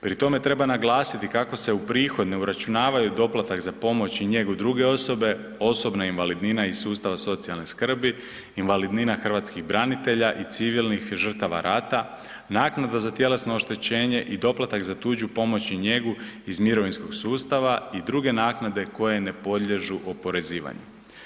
Pri tome treba naglasiti kako se u prihod ne uračunavaju doplatak za pomoć i njegu druge osobe, osobna invalidnina iz sustava socijalne skrbi, invalidnina hrvatskih branitelja i civilnih žrtava rata, naknada za tjelesno oštećenje i doplatak za tuđu pomoć i njegu iz mirovinskog sustava i druge naknade koje ne podliježu oporezivanju.